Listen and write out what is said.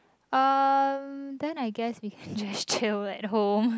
um then I guess we can just chill at home